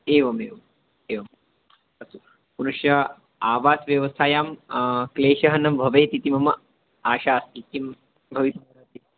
एवमेवम् एवं तत्तु पुनश्च आवासस्य व्यवस्थायां क्लेशः न भवेत् इति मम आशा अस्ति किं भवितुमर्हति